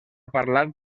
parlat